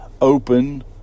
open